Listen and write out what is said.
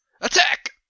Attack